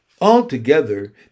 Altogether